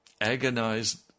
agonized